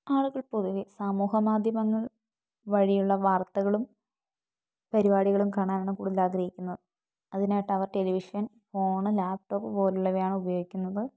ആളുകൾ പൊതുവെ സമൂഹ മാധ്യമങ്ങൾ വഴിയുള്ള വാർത്തകളും പരിപാടികളും കാണാനാണ് കൂടുതൽ ആഗ്രഹിക്കുന്നത് അതിനായിട്ടവർ ടെലിവിഷൻ ഫോൺ ലാപ്ടോപ് പോലുള്ളവയാണ് ഉപയോഗിക്കുന്നത്